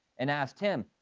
and asked him,